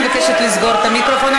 אני מבקשת לסגור את המיקרופון.